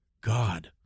God